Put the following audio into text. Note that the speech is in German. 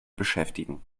beschäftigen